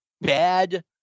bad